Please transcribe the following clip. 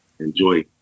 Enjoy